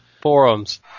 forums